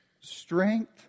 strength